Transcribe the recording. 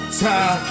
time